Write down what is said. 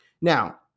Now